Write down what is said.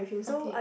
okay